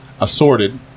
assorted